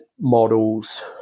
models